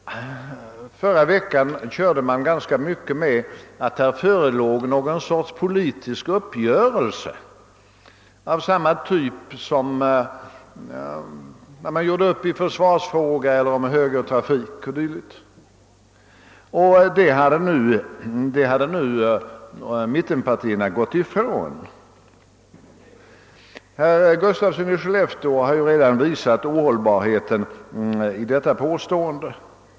Förra veckan körde man mycket med att det i denna fråga skulle finnas något slags politisk uppgörelse av samma typ som uppgörelserna i försvarsfrågan eller högertrafikfrågan. Denna överenskommelse skulle nu mittenpartierna ha gått ifrån. Herr Gustafsson i Skellefteå har redan visat hur ohållbart detta påstående är.